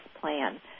plan